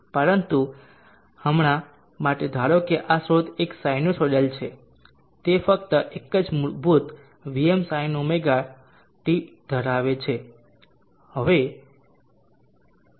પરંતુ હમણાં માટે ધારો કે આ સ્રોત એક સાઈનુસાઇડલ છે તે ફક્ત એક જ મૂળભૂત Vmsinωt ધરાવે છે